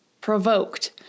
provoked